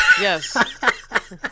Yes